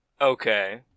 Okay